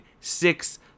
six